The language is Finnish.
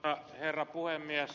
arvoisa herra puhemies